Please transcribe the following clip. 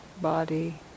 body